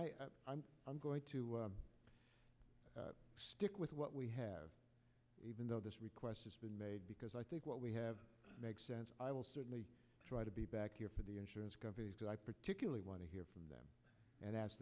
and i'm going to stick with what we have even though this request has been made because i think what we have makes sense i will certainly try to be back here for the insurance companies that i particularly want to hear from them and ask